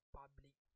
public